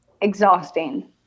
exhausting